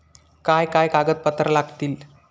काय काय कागदपत्रा लागतील?